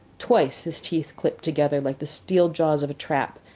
twice his teeth clipped together, like the steel jaws of a trap,